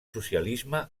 socialisme